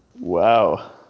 Wow